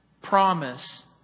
promise